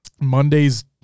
Mondays